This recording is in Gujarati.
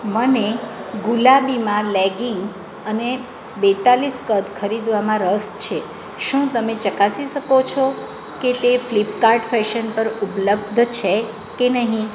મને ગુલાબીમાં લેગિંગ્સ અને બેતાળીસ કદ ખરીદવામાં રસ છે શું તમે ચકાસી શકો છો કે તે ફ્લિપકાર્ટ ફેશન પર ઉપલબ્ધ છે કે નહીં